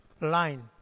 line